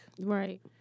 Right